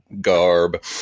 garb